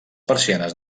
persianes